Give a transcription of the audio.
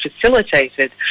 facilitated